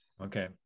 Okay